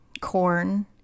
corn